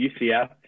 UCF